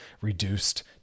reduced